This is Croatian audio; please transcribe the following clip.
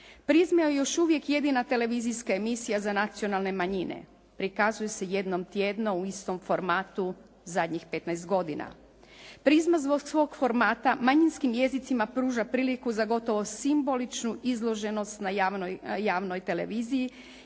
Prizma je još uvijek jedina televizijska emisija za nacionalne manjine. Prikazuje se jednom tjedno u istom formatu zadnjih 15 godina. Prizma zbog svog formata manjinskim jezicima pruža priliku za gotovo simboličnu izloženost na javnoj televiziju